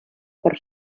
per